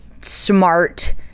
smart